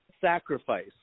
sacrifice